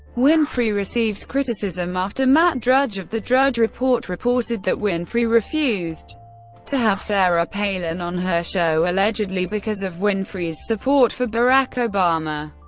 winfrey received criticism after matt drudge of the drudge report reported that winfrey refused to have sarah palin on her show, allegedly, because of winfrey's support for barack obama.